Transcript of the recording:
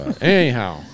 Anyhow